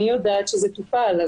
אני יודעת שזה טופל.